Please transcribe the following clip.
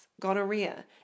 gonorrhea